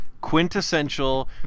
Quintessential